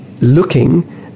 looking